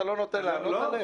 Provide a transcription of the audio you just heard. אתה לא נותן לענות עליהן.